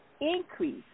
increase